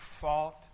fought